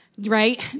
Right